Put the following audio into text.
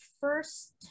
first